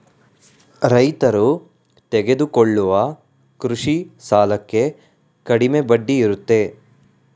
ರೈತರು ತೆಗೆದುಕೊಳ್ಳುವ ಕೃಷಿ ಸಾಲಕ್ಕೆ ಕಡಿಮೆ ಬಡ್ಡಿ ಇರುತ್ತೆ